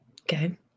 Okay